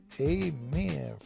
Amen